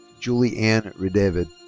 julie ann redavid.